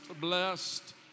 blessed